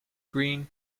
green